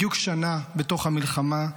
בדיוק שנה בתוך המלחמה,